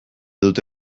dute